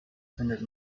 findet